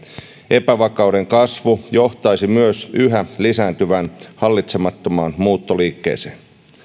epävakauden kasvu johtaisi myös yhä lisääntyvään hallitsemattomaan muuttoliikkeeseen